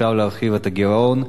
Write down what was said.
אפשר להרחיב את הגירעון,